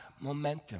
momentum